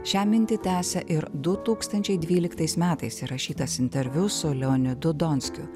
šią mintį tęsia ir du tūkstančiai dvyliktais metais įrašytas interviu su leonidu donskiu